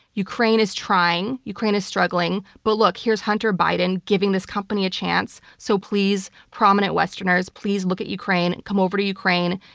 ukraine is trying. ukraine is struggling. but look, here is hunter biden giving this company a chance. so please, prominent westerners, please look at ukraine, ukraine, come over to ukraine.